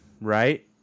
right